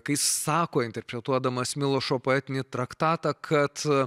kai jis sako interpretuodamas milošo poetinį traktatą kad